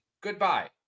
Goodbye